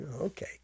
okay